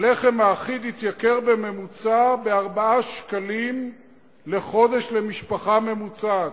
הלחם האחיד התייקר בממוצע ב-4 שקלים לחודש למשפחה ממוצעת.